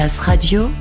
Radio